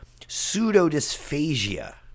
pseudodysphagia